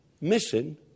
missing